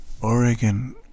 Oregon